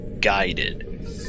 guided